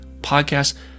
podcast